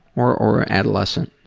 or or adolescent?